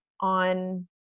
on